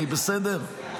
אני בסדר?